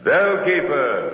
Bellkeeper